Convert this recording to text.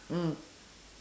mm